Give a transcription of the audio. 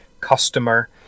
customer